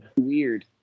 Weird